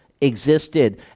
existed